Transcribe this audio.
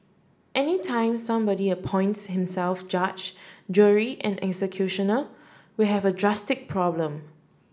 any time somebody appoints himself judge jury and executioner we have a drastic problem